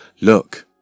look